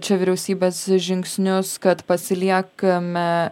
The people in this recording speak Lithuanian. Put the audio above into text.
čia vyriausybės žingsnius kad pasiliekame